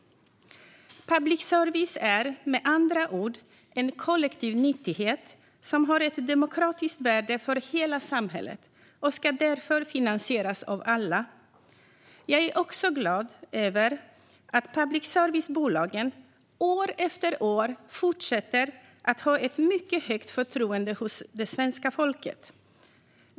Public service är med andra ord en kollektiv nyttighet som har ett demokratiskt värde för hela samhället och ska därför finansieras av alla. Jag är också glad över att public service-bolagen år efter år fortsätter att ha ett mycket högt förtroende hos det svenska folket.